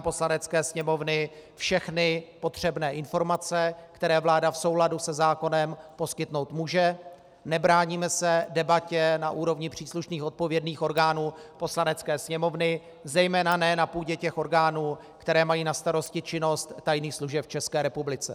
Poslanecké sněmovny všechny potřebné informace, které vláda v souladu se zákonem poskytnout může, nebráníme se debatě na úrovni příslušných odpovědných orgánů Poslanecké sněmovny, zejména ne na půdě těch orgánů, které mají na starosti činnost tajných služeb v České republice.